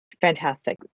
Fantastic